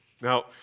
Now